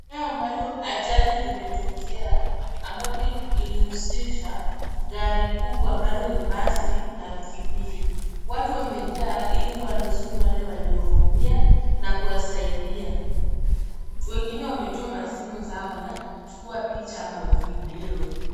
Eneo ambalo ajali limetokea ambapo ilihusisha gari kubwa ambalo ni basi na pikipiki watu wamejaa ili kuwanusuru wale walioumia na kuwasaidia, wengine wamechukua simu zao wakichukua picha au video.